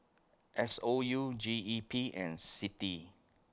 S O U G E P and CITI